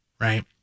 right